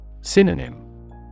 Synonym